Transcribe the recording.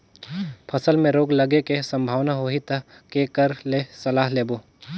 फसल मे रोग लगे के संभावना होही ता के कर ले सलाह लेबो?